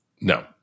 No